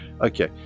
okay